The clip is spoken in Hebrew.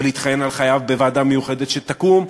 ולהתחנן על חייו בוועדה מיוחדת שתקום,